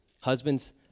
husbands